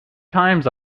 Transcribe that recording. times